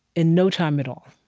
in no time at all,